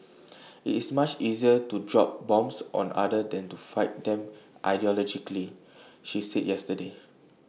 IT is much easier to drop bombs on other than to fight them ideologically she said yesterday